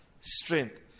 strength